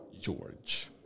George